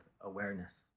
awareness